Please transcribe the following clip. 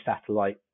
satellite